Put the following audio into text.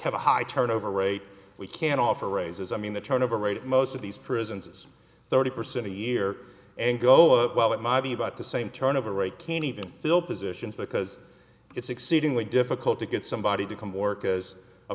have a high turnover rate we can't offer raises i mean the turnover rate at most of these prisons is thirty percent a year and go up well it might be about the same turnover rate can even fill positions because it's exceedingly difficult to get somebody to come work as a